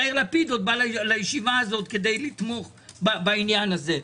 יאיר לפיד בא לישיבה הזאת כדי לתמוך בעניין הזה.